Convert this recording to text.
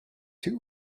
two